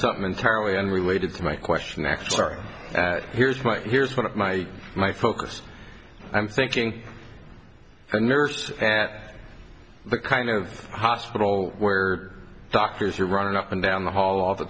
something entirely unrelated to my question actually here's my here's one of my my focus i'm thinking a nurse at the kind of hospital where doctors are running up and down the hall all the